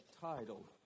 title